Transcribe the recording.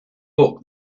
book